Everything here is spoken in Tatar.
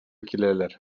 киләләр